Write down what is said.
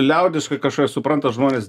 liaudiškai kažką supranta žmonės